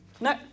No